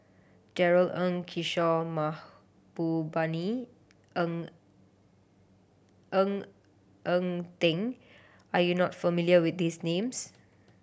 Darrell Ang Kishore Mahbubani Ng Ng Eng Teng are you not familiar with these names